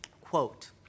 Quote